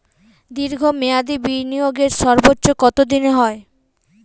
দীর্ঘ মেয়াদি বিনিয়োগের সর্বোচ্চ কত দিনের হয়?